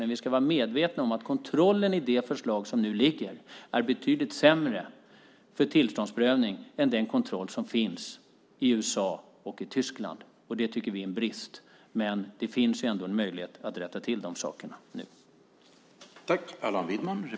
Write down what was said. Men vi ska vara medvetna om att kontrollen i det förslag som nu föreligger är betydligt sämre för tillståndsprövning än den kontroll som finns i USA och Tyskland. Det tycker vi är en brist, men det finns ju ändå en möjlighet att rätta till de sakerna nu.